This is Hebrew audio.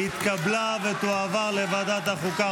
התקבלה ותועבר לוועדת החוקה,